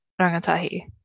Rangatahi